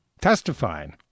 testifying